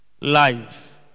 life